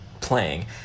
playing